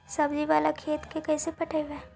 सब्जी बाला खेत के कैसे पटइबै?